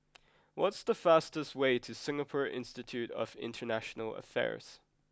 what's the fastest way to Singapore Institute of International Affairs